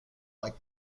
like